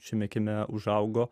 šiame kieme užaugo